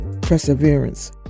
perseverance